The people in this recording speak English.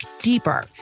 deeper